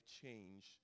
change